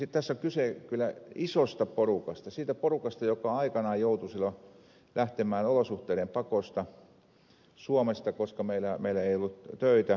tässä on kyse kyllä isosta porukasta siitä porukasta joka aikanaan joutui lähtemään olosuhteiden pakosta suomesta koska meillä ei ollut töitä